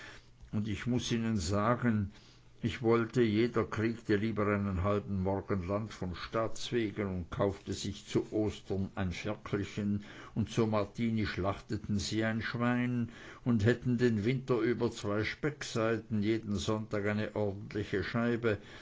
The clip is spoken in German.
und ich muß ihnen sagen ich wollte jeder kriegte lieber einen halben morgen land von staats wegen und kaufte sich zu ostern ein ferkelchen und zu martini schlachteten sie ein schwein und hätten den winter über zwei speckseiten jeden sonntag eine ordentliche scheibe